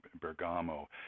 Bergamo